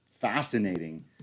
fascinating